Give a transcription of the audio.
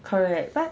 correct but